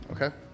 Okay